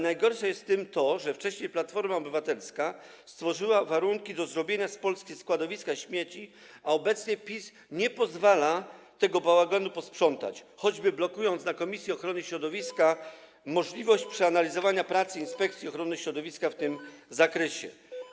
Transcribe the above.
Najgorsze jest to, że wcześniej Platforma Obywatelska stworzyła warunki do zrobienia z Polski składowiska śmieci, a obecnie PiS nie pozwala tego bałaganu posprzątać, choćby blokując na posiedzeniu komisji ochrony środowiska możliwość przeanalizowania prac Inspekcji Ochrony Środowiska w tym zakresie.